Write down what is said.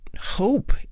hope